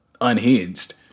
unhinged